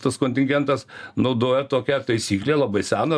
tas kontingentas naudojo tokią taisyklę labai seną